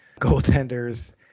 goaltenders